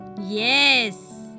Yes